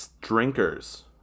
Drinkers